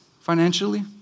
financially